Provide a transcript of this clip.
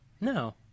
No